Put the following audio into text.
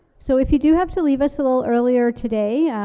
so if you do have to leave us a little earlier today,